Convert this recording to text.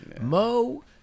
Mo